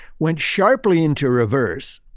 went sharply into reverse.